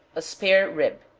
a spare rib.